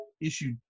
issue